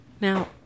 Now